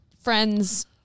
friends